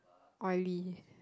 oily